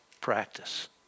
practice